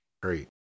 Great